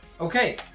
Okay